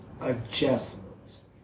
adjustments